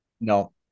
No